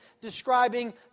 describing